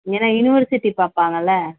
ஏன்னா யூனிவர்சிட்டி பார்ப்பாங்கல